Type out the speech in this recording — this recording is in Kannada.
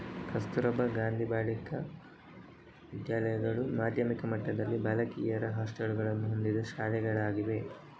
ಕಸ್ತೂರಬಾ ಗಾಂಧಿ ಬಾಲಿಕಾ ವಿದ್ಯಾಲಯಗಳು ಮಾಧ್ಯಮಿಕ ಮಟ್ಟದಲ್ಲಿ ಬಾಲಕಿಯರ ಹಾಸ್ಟೆಲುಗಳನ್ನು ಹೊಂದಿದ ಶಾಲೆಗಳಾಗಿವೆ